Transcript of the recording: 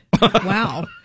Wow